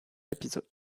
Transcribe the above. épisode